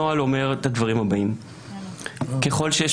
הנוהל אומר את הדברים הבאים: ככל שיש